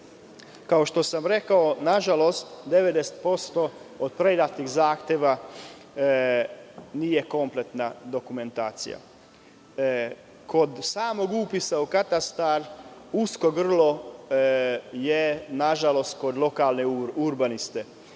što sam rekao, nažalost, 90% od predatih zahteva nije kompletna dokumentacija. Kod samog upisa u katastar usko grlo je kod lokalne urbaniste,